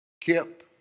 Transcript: Kip